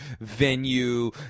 venue